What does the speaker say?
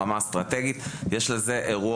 ברמה האסטרטגית יש לזה ערך